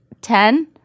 Ten